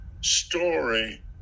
story